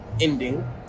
ending